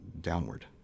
downward